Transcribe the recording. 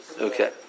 Okay